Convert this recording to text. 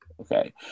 Okay